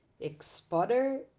exporter